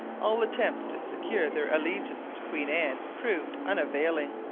all attempts to secure their allegiance to queen anne proved unavailing.